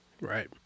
Right